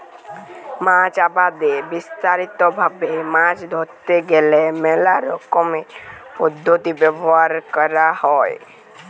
মাছ আবাদে বিস্তারিত ভাবে মাছ ধরতে গ্যালে মেলা রকমের পদ্ধতি ব্যবহার ক্যরা হ্যয়